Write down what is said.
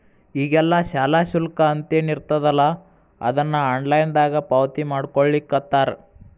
ಈಗೆಲ್ಲಾ ಶಾಲಾ ಶುಲ್ಕ ಅಂತೇನಿರ್ತದಲಾ ಅದನ್ನ ಆನ್ಲೈನ್ ದಾಗ ಪಾವತಿಮಾಡ್ಕೊಳ್ಳಿಖತ್ತಾರ